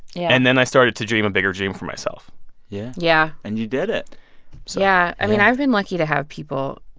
yeah and then i started to dream a bigger dream for myself yeah yeah and you did it so yeah. i mean, i've been lucky to have people